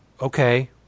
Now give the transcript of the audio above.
okay